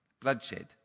bloodshed